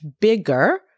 bigger